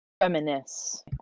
reminisce